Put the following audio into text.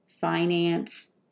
finance